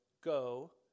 go